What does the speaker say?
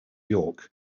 york